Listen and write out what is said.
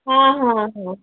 ହଁ ହଁ ହଁ